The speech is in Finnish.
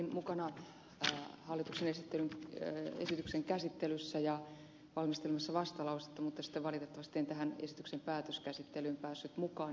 olin mukana hallituksen esityksen käsittelyssä ja valmistelemassa vastalausetta mutta sitten valitettavasti en tähän esityksen päätöskäsittelyyn päässyt mukaan